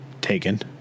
Taken